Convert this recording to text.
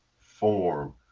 form